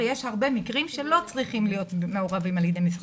יש הרבה מקרים שלא צריכים להיות תלוי,